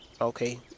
okay